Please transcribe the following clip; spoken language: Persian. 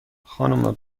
خانم